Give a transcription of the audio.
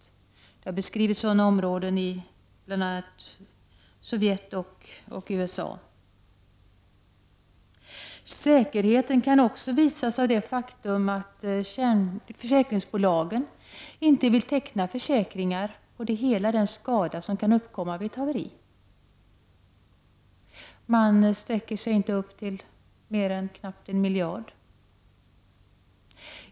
Sådana områden har beskrivits i bl.a. Sovjet och USA. Säkerheten kan också visas med hjälp av det faktum att försäkringsbolagen inte vill teckna försäkringar för hela den skada som kan uppkomma vid ett haveri. Försäkringsbolagen sträcker sig inte längre än till knappt 1 miljard.